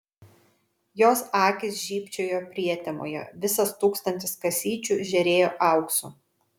jos akys žybčiojo prietemoje visas tūkstantis kasyčių žėrėjo auksu